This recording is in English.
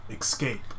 escape